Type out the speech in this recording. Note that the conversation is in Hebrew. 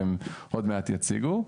והם עוד מעט יציגו.